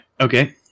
Okay